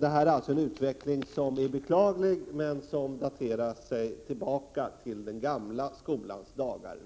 nuvarande utvecklingen är beklaglig, men den daterar sig tillbaka redan till den gamla skolans dagar.